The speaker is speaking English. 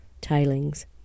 tailings